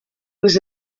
was